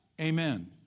Amen